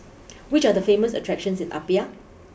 which are the famous attractions in Apia